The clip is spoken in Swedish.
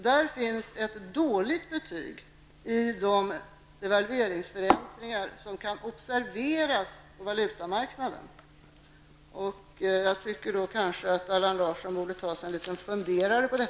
Den rapporten ger ett dåligt betyg åt de devalveringsberäkningar som kan observeras på valutamarknaden. Jag tycker att Allan Larsson borde ta sig en funderare på det.